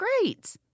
great